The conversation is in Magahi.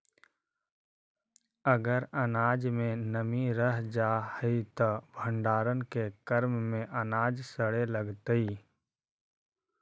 अगर अनाज में नमी रह जा हई त भण्डारण के क्रम में अनाज सड़े लगतइ